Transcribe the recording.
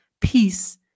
peace